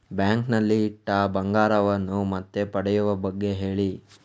bank ನಲ್ಲಿ ಇಟ್ಟ ಬಂಗಾರವನ್ನು ಮತ್ತೆ ಪಡೆಯುವ ಬಗ್ಗೆ ಹೇಳಿ